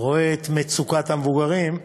רואה את מצוקת המבוגרים,